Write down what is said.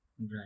right